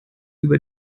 über